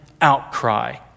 outcry